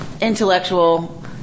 intellectual